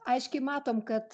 aiškiai matom kad